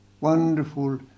wonderful